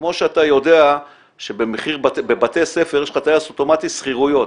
כמו שאתה יודע שבבתי ספר יש לך טייס אוטומטי שכירויות.